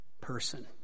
person